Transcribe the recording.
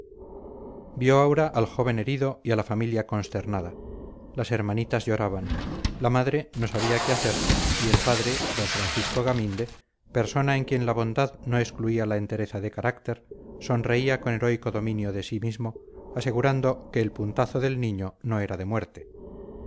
vio aura al joven herido y a la familia consternada las hermanitas lloraban la madre no sabía qué hacer y el padre d francisco gaminde persona en quien la bondad no excluía la entereza de carácter sonreía con heroico dominio de sí mismo asegurando que el puntazo del niño no era de muerte